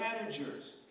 managers